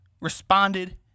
responded